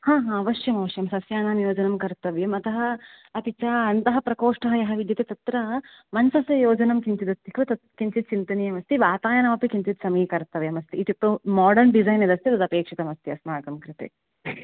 हा हा अवश्यम् अवश्यम् सस्यानां योजनं कर्तव्यम् अतः अपि च अन्तः प्रकोष्ठः यः विद्यते तत्र मञ्चस्य योजनं किञ्चिदस्ति खलु किञ्चित् चिन्तनीयमस्ति वातायनमपि किञ्चित् समीकर्तव्यमस्ति इत्युक्तौ मोडर्न् डिसैन् यदस्ति तदपेक्षितम् अस्ति अस्माकं कृते